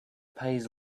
pays